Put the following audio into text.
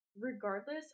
Regardless